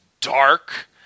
dark